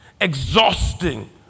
exhausting